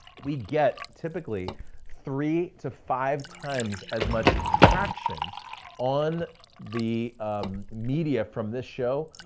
we get typically three to five times as much traction on the media from this show,